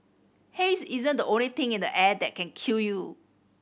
haze isn't the only thing in the air that can kill you